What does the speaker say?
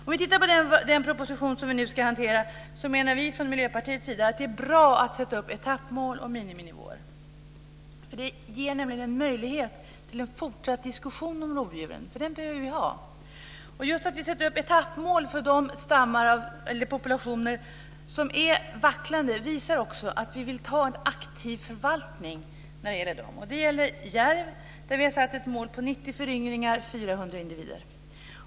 När det gäller den proposition som vi nu ska hantera menar vi från Miljöpartiets sida att det är bra att sätta upp etappmål och miniminivåer. Det ger nämligen möjlighet till en fortsatt diskussion om rovdjuren. Och den behöver vi ha! Att vi sätter upp etappmål för de populationer som är vacklande visar också att vi vill ha en aktiv förvaltning när det gäller dem. Det gäller järv, där vi har satt ett mål på 90 föryngringar och 400 individer.